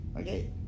Okay